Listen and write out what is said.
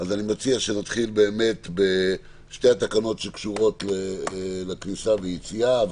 לכן אני מציע שנתחיל בשתי התקנות שקשורות בכניסה וביציאה לישראל,